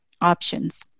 options